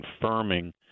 confirming